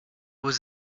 was